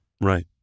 Right